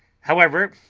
however,